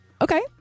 Okay